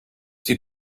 die